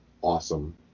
awesome